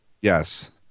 Yes